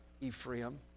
Ephraim